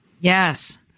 Yes